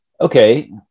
Okay